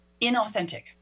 inauthentic